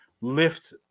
lift